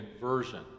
version